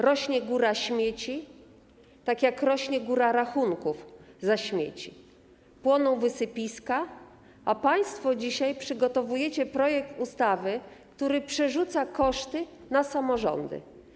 Rośnie góra śmieci, tak jak rośnie góra rachunków za śmieci, płoną wysypiska, a państwo dzisiaj przygotowujecie projekt ustawy, w którym przerzuca się koszty na samorządy.